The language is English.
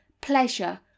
pleasure